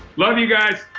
love you guys.